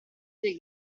del